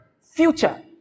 future